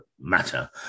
matter